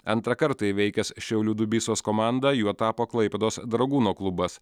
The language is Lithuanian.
antrą kartą įveikęs šiaulių dubysos komandą juo tapo klaipėdos dragūno klubas